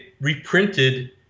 reprinted